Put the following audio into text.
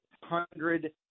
hundred